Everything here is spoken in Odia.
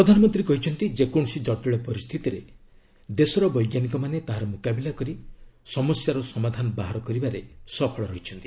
ପ୍ରଧାନମନ୍ତ୍ରୀ କହିଛନ୍ତି ଯେକୌଣସି କଟିଳ ପରିସ୍ଥିତିରେ ଦେଶର ବୈଜ୍ଞାନିକମାନେ ତାହାର ମୁକାବିଲା କରି ସମସ୍ୟାର ସମାଧାନ କରିବାରେ ସଫଳ ରହିଛନ୍ତି